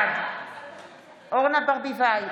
בעד אורנה ברביבאי,